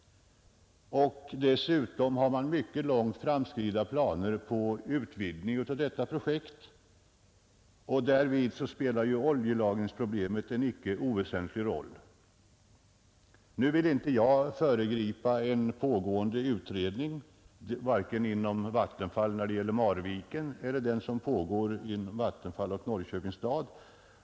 Dessutom har man mycket långt framskridna planer på utvidgning av detta projekt, och därvid spelar oljelagringsproblemet en icke oväsentlig roll. Nu vill inte jag föregripa en pågående utredning, vare sig den som arbetar inom Vattenfall när det gäller Marviken eller den som pågår i samarbete mellan Vattenfall och Norrköpings stad.